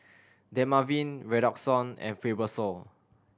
Dermaveen Redoxon and Fibrosol